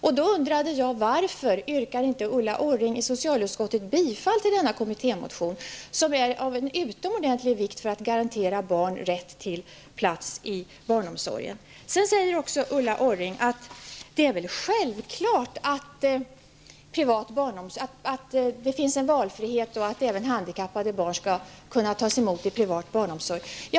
Jag undrade då: Varför tillstyrkte inte Ulla Orring i socialutskottet denna kommittémotion, som är av utomordentligt stor vikt för att garantera barn rätt till plats i barnomsorgen? Ulla Orring sade att det är självklart att det finns valfrihet och att även handikappade barn skall kunna tas emot i privat barnomsorg.